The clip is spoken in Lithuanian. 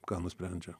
ką nusprendžia